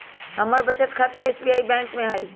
हमर बचत खता एस.बी.आई बैंक में हइ